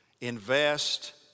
invest